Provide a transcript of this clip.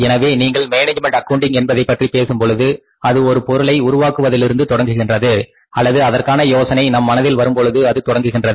எனவே நீங்கள் management accounting என்பதை பற்றி பேசும் பொழுது அது ஒரு பொருளை உருவாக்குவதிலிருந்து தொடங்குகின்றது அல்லது அதற்கான யோசனை நம் மனதில் வரும் பொழுது அது தொடங்குகின்றது